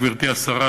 גברתי השרה,